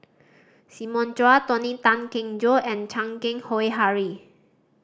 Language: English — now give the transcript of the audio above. Simon Chua Tony Tan Keng Joo and Chan Keng Howe Harry